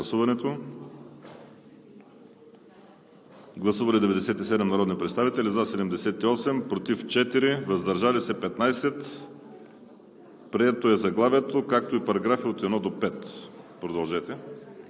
Гласували 97 народни представители: за 78, против 4, въздържали се 15. Прието е заглавието, както и параграфи от 1 до 5. ДОКЛАДЧИК